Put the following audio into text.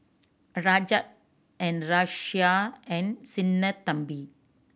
Rajat and Razia and Sinnathamby